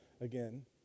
again